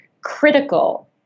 critical